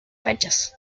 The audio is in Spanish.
fechas